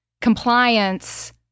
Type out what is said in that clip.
compliance